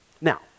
Now